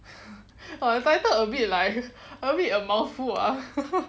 !wah! if I talk a bit like a bit a mouthful